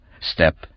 Step